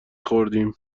خوردیم